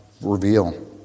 reveal